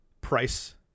price